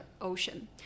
ocean